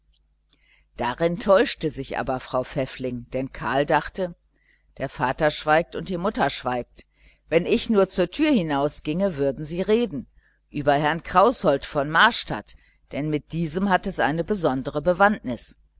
darin täuschte sich aber frau pfäffling denn karl dachte der vater schweigt und die mutter schweigt wenn ich zur türe hinausginge würden sie reden über herrn kraußold aus marstadt denn mit diesem hat es eine besondere bewandtnis